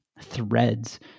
threads